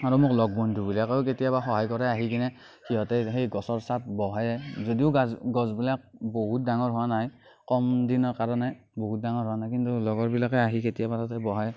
আৰু মোৰ লগ বন্ধুবিলাকেও কেতিয়াবা সহায় কৰে আহিকেনে সিহঁতে সেই গছৰ ছাঁত বহে যদিও গাছ গছবিলাক বহুত ডাঙৰ হোৱা নাই কম দিনৰ কাৰণে বহুত ডাঙৰ হোৱা নাই কিন্তু লগৰবিলাকে আহি কেতিয়াবা তাতে বহে